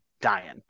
dying